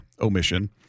omission